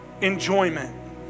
enjoyment